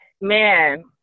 man